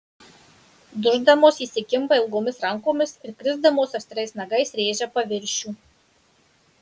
duždamos įsikimba ilgomis rankomis ir krisdamos aštriais nagais rėžia paviršių